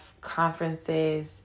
conferences